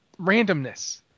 randomness